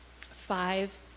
five